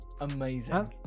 amazing